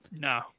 No